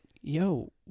yo